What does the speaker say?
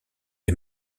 est